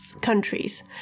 countries